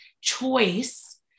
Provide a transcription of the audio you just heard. choice